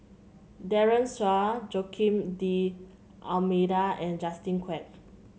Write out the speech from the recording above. Daren Shiau Joaquim D'Almeida and Justin Quek